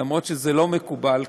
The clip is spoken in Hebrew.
אף שזה לא מקובל,